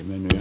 minä